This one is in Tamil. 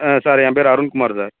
ஆ சார் என் பேர் அருண்குமார் சார்